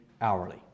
hourly